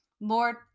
Lord